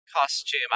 costume